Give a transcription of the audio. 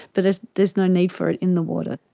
but there's there's no need for it in the water.